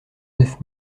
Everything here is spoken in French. neuf